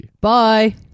Bye